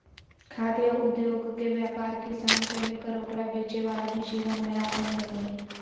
खाद्य उद्योगके व्यापार किसान से लेकर ओकरा बेचे वाला भी जीवन यापन करो हइ